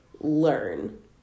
learn